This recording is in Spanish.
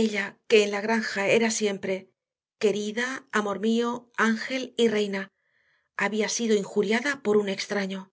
ella que en la granja era siempre querida amor mío ángel y reina había sido injuriada por un extraño